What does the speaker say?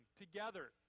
together